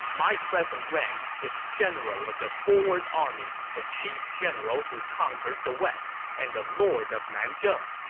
my present rank is general of the forward army, the chief general who conquers the west, and the lord of nanzheng.